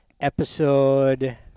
episode